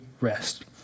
rest